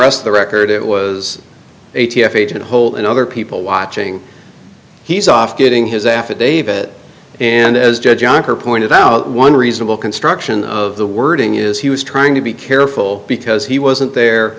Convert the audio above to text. rest of the record it was a t f agent holder and other people watching he's off getting his affidavit and as judge ocker pointed out one reasonable construction of the wording is he was trying to be careful because he wasn't there